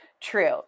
true